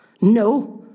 No